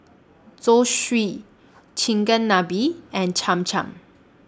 Zosui Chigenabe and Cham Cham